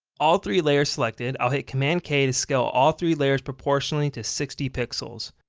all three layers selected, i'll hit command k to scale all three layers proportionally to sixty pixels.